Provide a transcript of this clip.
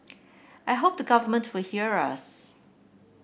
I hope the government will hear us